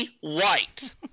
White